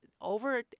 Over